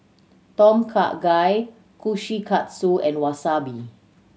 Tom Kha Gai Kushikatsu and Wasabi